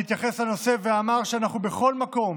התייחס לנושא ואמר: "אנחנו בכל מקום